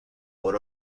por